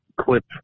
clip